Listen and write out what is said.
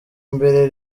mbere